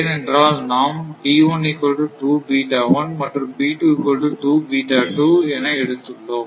ஏனென்றால் நாம் மற்றும்என எடுத்துள்ளோம்